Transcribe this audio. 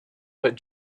that